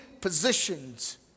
positions